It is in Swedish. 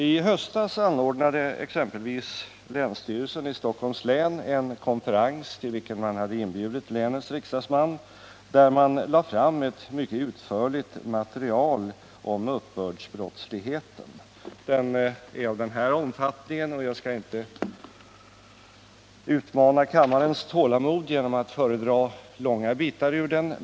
I höstas anordnade exempelvis länsstyrelsen i Stockholms län en konferens, till vilken man hade inbjudit länets riksdagsmän, där man lade fram ett mycket utförligt material om uppbördsbrottsligheten. Det är på cirka 175 sidor, och jag skall inte utmana kammarens tålamod genom att föredra långa bitar ur det.